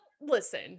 listen